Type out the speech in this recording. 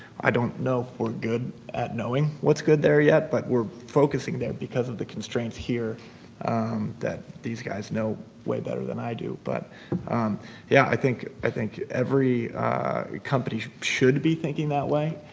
i don't know if we're good at knowing what's good there yet, but we're focusing there because of the constraints here that these guys know way better than i do. but yeah, i think i think every company should be thinking that way.